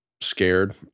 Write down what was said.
scared